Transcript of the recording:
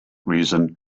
reason